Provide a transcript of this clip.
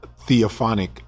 theophonic